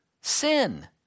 sin